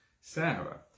Sarah